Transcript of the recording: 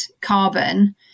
carbon